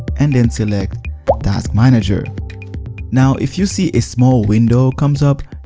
and then select task manager now if you see a small window comes up,